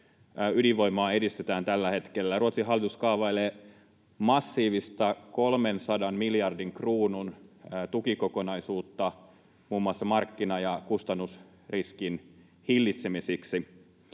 ydinvoimaa edistetään tällä hetkellä. Ruotsin hallitus kaavailee massiivista 300 miljardin kruunun tukikokonaisuutta muun muassa markkina- ja kustannusriskin hillitsemiseksi.